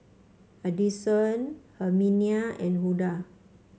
Adyson Herminia and Hulda